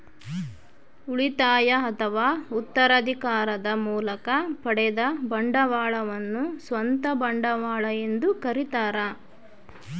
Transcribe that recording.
ಉಳಿತಾಯ ಅಥವಾ ಉತ್ತರಾಧಿಕಾರದ ಮೂಲಕ ಪಡೆದ ಬಂಡವಾಳವನ್ನು ಸ್ವಂತ ಬಂಡವಾಳ ಎಂದು ಕರೀತಾರ